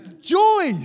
Joy